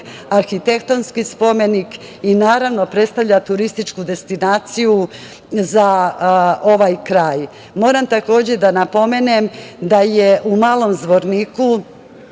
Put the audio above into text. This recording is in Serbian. arhitektonski spomenik i naravno predstavlja turističku destinaciju za ovaj kraj. Takođe moram da napomenem da Mali Zvornik